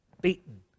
beaten